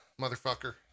motherfucker